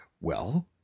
Well